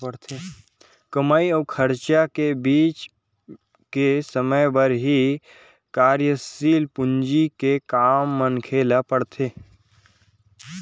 कमई अउ खरचा के बीच के समे बर ही कारयसील पूंजी के काम मनखे ल पड़थे